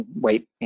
wait